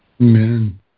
Amen